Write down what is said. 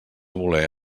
voler